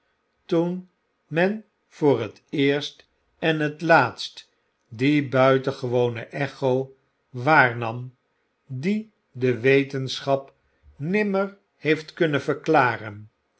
toen men voor het eerst en het laatst die buitengewone echo waarnam die de wetenschap nimmer heeft kunnen verklaren